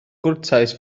gwrtais